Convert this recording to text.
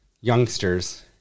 youngsters